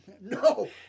No